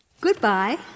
Goodbye